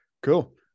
Cool